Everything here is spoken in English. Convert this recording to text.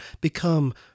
become